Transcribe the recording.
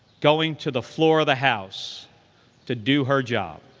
going to the floor of the house to do her job.